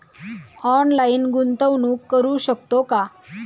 Online गुंतवणूक करू शकतो का?